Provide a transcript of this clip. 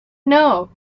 know